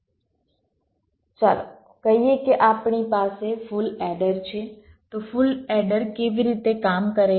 ચાલો કહીએ કે આપણી પાસે ફુલ એડર છે તો ફુલ એડર કેવી રીતે કામ કરે છે